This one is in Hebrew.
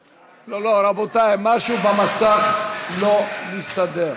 רבותי, משהו במסך לא מסתדר.